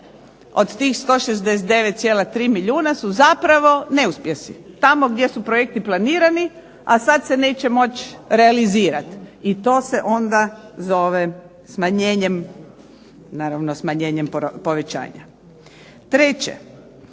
od tih 169,3 milijuna su zapravo neuspjesi. Tamo gdje su projekti planirani, a sad se neće moći realizirati i to se onda zove smanjenjem, naravno smanjenjem povećavanja. Treće,